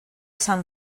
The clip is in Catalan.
sant